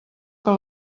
que